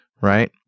right